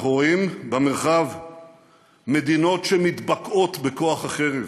אנחנו רואים במרחב מדינות שמתבקעות בכוח החרב,